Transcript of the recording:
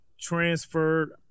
transferred